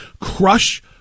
crush